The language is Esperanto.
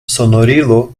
sonorilo